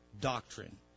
doctrine